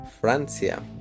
Francia